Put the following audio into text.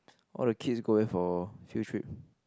all the kids going for field trip